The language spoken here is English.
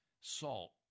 salt